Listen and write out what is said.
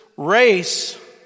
race